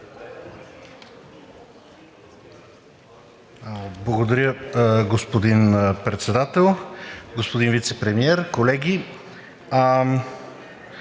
Благодаря, господин Председател. Господин Вицепремиер, колеги!